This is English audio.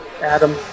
Adam